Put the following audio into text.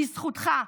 בזכותך.